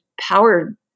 power